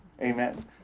Amen